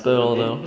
对 lor 对 lor